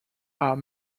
are